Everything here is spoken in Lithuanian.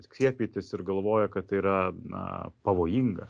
skiepytis ir galvoja kad tai yra na pavojinga